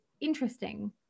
interesting